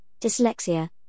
dyslexia